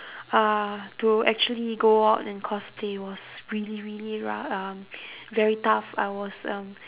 uh to actually go out and cosplay was really really rou~ um very tough I was um